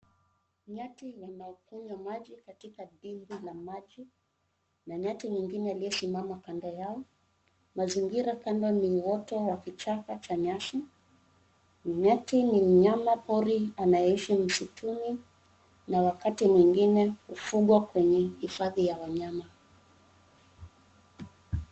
Nyati wanaokunywa maji katika dimbwi la maji na nyati mwingine aliyesimama kando yao. Mazingira kando ni uoto wa kichaka cha nyasi. Nyati ni mnyama pori anayeishi msituni na wakati mwingine hufugwa kwenye hifadhi ya wanyama.